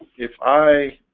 if i